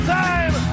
time